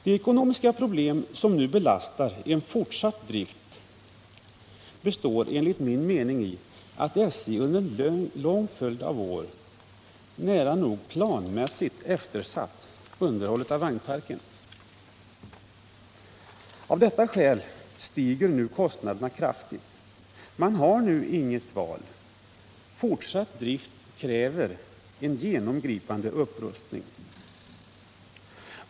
De ekonomiska problem som nu belastar en fortsatt drift har enligt min mening uppkommit därav att SJ under en lång följd av år nära nog planmässigt eftersatt underhållet av vagnparken. Av detta skäl stiger nu kostnaderna kraftigt. Man har inget val — fortsatt drift kräver en genomgripande upprustning.